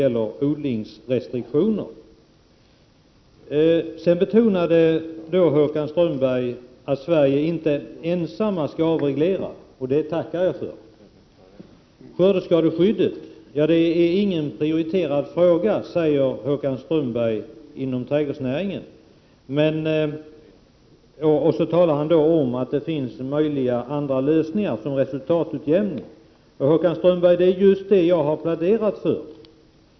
Håkan Strömberg betonade vidare att Sverige inte ensamt skall avreglera, och det beskedet tackar jag för. Skördeskadeskyddet är ingen prioriterad fråga inom trädgårdsnäringen, säger Håkan Strömberg, och därefter talar han om andra möjliga lösningar, exempelvis resultatutjämning. Det är just vad jag har pläderat för.